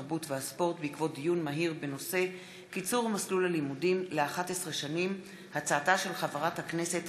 התרבות והספורט בעקבות דיון מהיר בהצעתה של חברת הכנסת